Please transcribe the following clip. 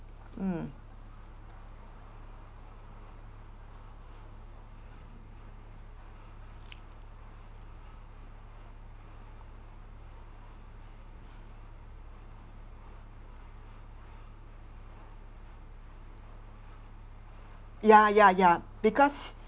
mm ya ya ya because